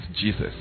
Jesus